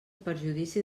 perjudici